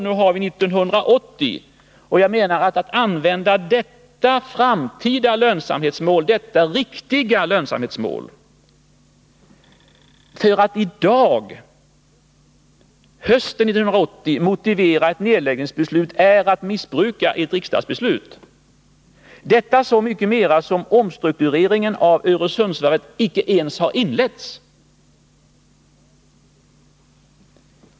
Nu har vi 1980, och att använda detta framtida lönsamhetsmål, detta riktiga lönsamhetsmål, för att i dag, hösten 1980, motivera ett nedläggningsbeslut är enligt min mening att missbruka ett riksdagsbeslut — så mycket mera som omstruktureringen av Öresundsvarvet icke ens har inletts.